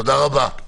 תודה רבה.